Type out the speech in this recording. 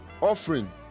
offering